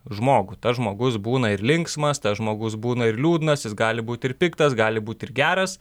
žmogų tas žmogus būna ir linksmas tas žmogus būna ir liūdnas jis gali būt ir piktas gali būt ir geras